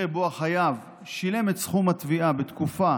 שבו החייב שילם את סכום התביעה בתקופה